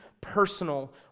personal